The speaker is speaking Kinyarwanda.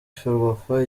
ferwafa